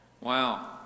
Wow